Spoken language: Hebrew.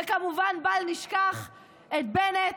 וכמובן, בל נשכח את בנט,